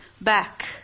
back